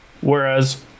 whereas